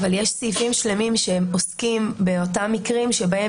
יש סעיפים שלמים שהם עוסקים באותם מקרים בהם